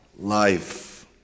life